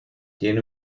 tiene